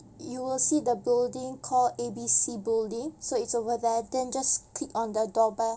you will see the building called A B C building so it's over there then just click on the door bell